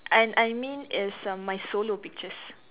and I mean it's err my solo pictures